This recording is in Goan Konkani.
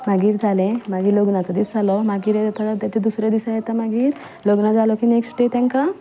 मागीर जालें मागीर लग्नाचो दीस जालो मागीर परत ताज्या दुसऱ्या दिसा मागीर लग्न जालो की नेक्स्ट डे तांकां